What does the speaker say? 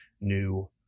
new